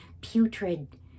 putrid